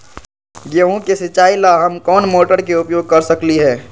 गेंहू के सिचाई ला हम कोंन मोटर के उपयोग कर सकली ह?